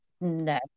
no